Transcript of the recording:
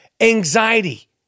anxiety